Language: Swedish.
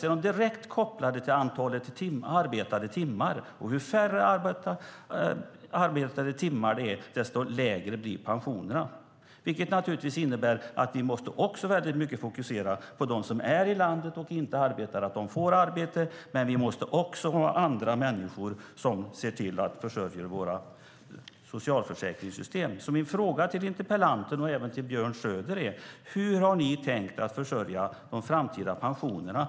De är direkt kopplade till antalet arbetade timmar. Ju färre arbetade timmar det är, desto lägre blir pensionerna. Det innebär naturligtvis att vi måste fokusera mycket på dem som är i landet och inte arbetar, så att de får arbete. Men vi måste också ha andra människor som ser till att försörja våra socialförsäkringssystem. Min fråga till interpellanten och även till Björn Söder är: Hur har ni tänkt försörja de framtida pensionerna?